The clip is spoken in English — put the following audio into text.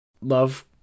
Love